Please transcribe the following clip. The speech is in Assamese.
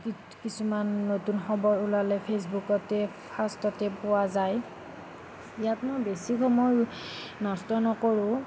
কি কিছুমান নতুন খবৰ ওলালে ফেচবুকতে ফাৰ্ষ্টতে পোৱা যায় ইয়াত মই বেছি সময় নষ্ট নকৰোঁ